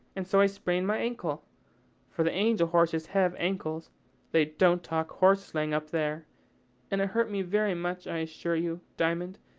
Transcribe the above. and so i sprained my ankle for the angel-horses have ankles they don't talk horse-slang up there and it hurt me very much, i assure you, diamond,